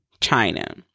China